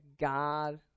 God